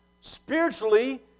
spiritually